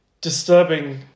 disturbing